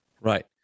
Right